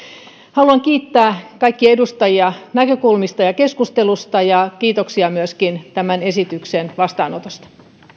haluan kiittää kaikkia edustajia näkökulmista ja keskustelusta kiitoksia myöskin tämän esityksen vastaanotosta